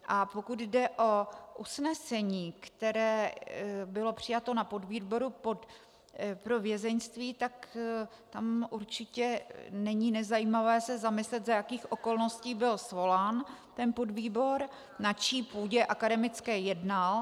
A pokud jde o usnesení, které bylo přijato na podvýboru pro vězeňství, tak tam určitě není nezajímavé se zamyslet, za jakých okolností byl svolán tento podvýbor, na čí akademické půdě jednal.